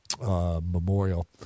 memorial